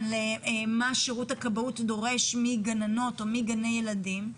מה שירות הכבאות דורש מגננות או מגני ילדים.